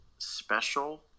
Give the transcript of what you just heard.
special